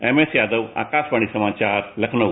MS Yadav Akashvani समाचार लखनऊ